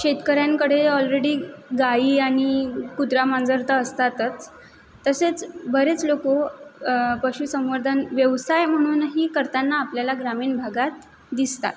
शेतकऱ्यांकडे ऑलरेडी गायी आणि कुत्रा मांजर तर असतातच तसेच बरेच लोक पशुसंवर्धन व्यवसाय म्हणूनही करताना आपल्याला ग्रामीण भागात दिसतात